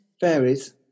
Fairies